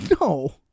No